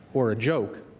for a joke